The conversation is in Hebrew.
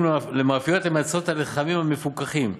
למאפיות המייצרות את הלחמים המפוקחים.